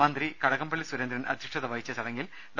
മന്ത്രി കടകംപള്ളി സുരേന്ദ്രൻ അധ്യക്ഷത വഹിച്ച ചടങ്ങിൽ ഡോ